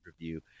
review